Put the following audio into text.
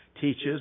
teaches